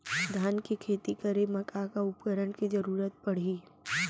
धान के खेती करे मा का का उपकरण के जरूरत पड़हि?